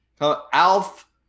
alf